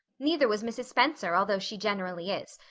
neither was mrs. spencer although she generally is.